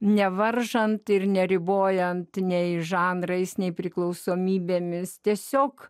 nevaržant ir neribojant nei žanrais nei priklausomybėmis tiesiog